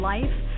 Life